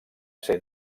ser